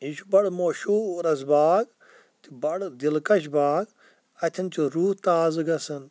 یہِ چھُ بَڑٕ مشہوٗر حظ باغ تہٕ بَڑٕ دِلکَش باغ اَتھٮ۪ن چھُ روٗح تازٕ گژھان